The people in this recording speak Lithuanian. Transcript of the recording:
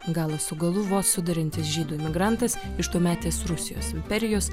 galą su galu vos suduriantis žydų emigrantas iš tuometės rusijos imperijos